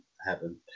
happen